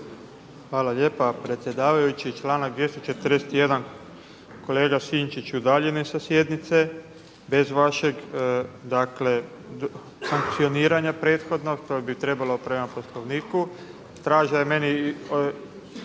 Hvala lijepa predsjedavajući. Članak 241. kolega Sinčić udaljen je sa sjednice bez vašeg sankcioniranja prethodnog pa trebalo prema Poslovniku. Straža je meni